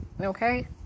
Okay